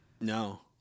no